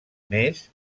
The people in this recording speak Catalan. més